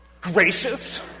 gracious